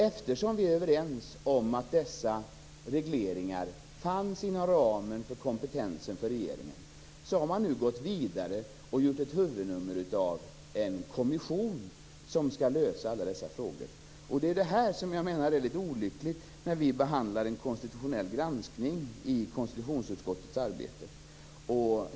Eftersom vi är överens om att dessa regleringar fanns inom ramen för kompetensen för regeringen har man nu gått vidare och gjort ett huvudnummer av en kommission som skall lösa alla dessa frågor. Det är litet olyckligt i samband med en konstitutionell granskning i konstitutionsutskottet.